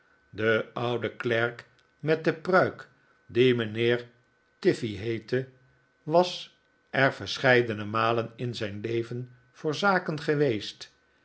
de oude klerk met de pruik die mijnheer tiffey heette was er verscheidene malen in zijn leven voor zaken geweest